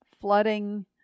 flooding